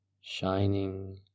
shining